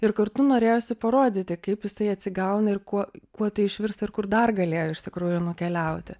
ir kartu norėjosi parodyti kaip jisai atsigauna ir kuo kuo tai išvirsta ir kur dar galėjo iš tikrųjų nukeliauti